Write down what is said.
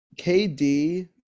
KD